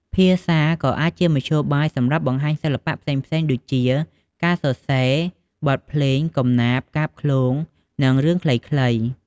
ភាសាក៏អាចជាមធ្យោបាយសម្រាប់បង្ហាញសិល្បៈផ្សេងៗដូចជា ការសរសេរ បទភ្លេង កំណាព្យកាបឃ្លោង និងរឿងខ្លីៗ។